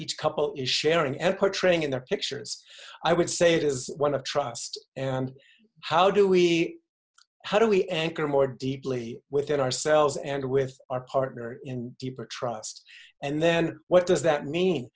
each couple is sharing and portraying in their pictures i would say it is one of trust and how do we how do we anchor more deeply within ourselves and with our partner in deeper trust and then what does that mean